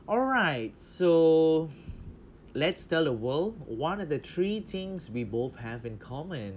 alright so let's tell the world one of the three things we both have in common